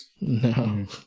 No